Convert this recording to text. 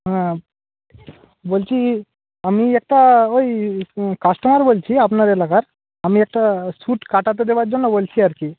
হ্যাঁ বলছি আমি একটা ওই কাস্টোমার বলছি আপনার এলাকার আমি একটা স্যুট কাটাতে দেওয়ার জন্য বলছি আর কি